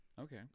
okay